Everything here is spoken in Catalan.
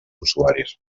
usuaris